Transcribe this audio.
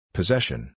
Possession